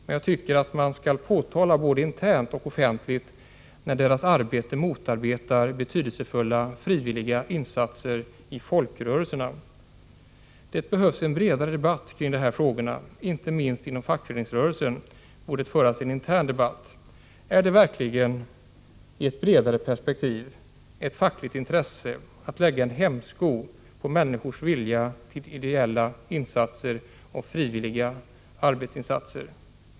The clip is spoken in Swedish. Men jag tycker att man skall påtala både internt och offentligt när dess arbete motarbetar betydelsefulla frivill:ga insatser i folkrörelserna. Det behövs en bredare debatt kring de här frågorna. Inte minst inom fackföreningsrörelsen borde det föras en intern debatt. Är det verkligen — i ett bredare perspektiv — ett fackligt intresse att lägga hämsko på människors vilja till frivilliga ideella arbetsinsatser?